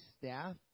staff